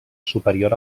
superior